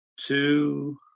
Two